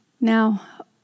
Now